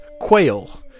quail